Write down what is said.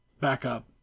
backup